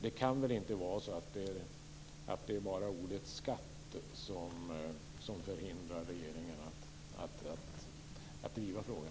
Det kan väl inte vara så att det bara är ordet skatt som förhindrar regeringen att driva frågan?